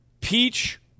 peach